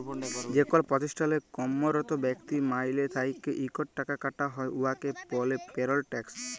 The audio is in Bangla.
যেকল পতিষ্ঠালে কম্মরত ব্যক্তির মাইলে থ্যাইকে ইকট টাকা কাটা হ্যয় উয়াকে ব্যলে পেরল ট্যাক্স